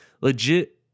legit